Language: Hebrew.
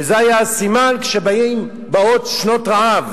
וזה היה הסימן שבאות שנות רעב.